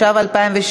להצעת החוק הבאה,